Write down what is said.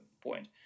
point